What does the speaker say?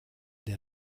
der